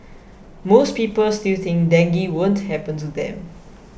most people still think dengue won't happen to them